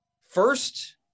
first